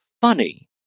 funny